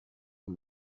une